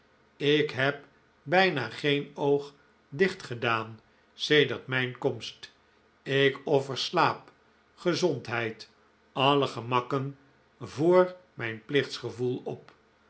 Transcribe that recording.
ik heb bijna geen oog dicht gedaan sedert mijn komst ik offer slaap gezondheid alle gemakken voor mijn plichtsgevoel op